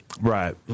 Right